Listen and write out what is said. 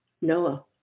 Noah